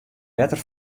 wetter